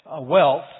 wealth